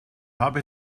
habe